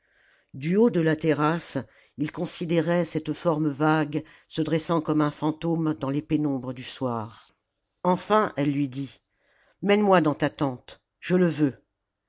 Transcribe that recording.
du haut de la terrasse il considérait cette forme vague se dressant comme un fantôme dans les pénombres du soir enfin elle lui dit mène-moi dans ta tente je le veux